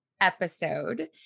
episode